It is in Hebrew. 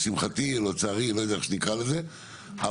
מתקני תשתית,